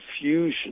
confusion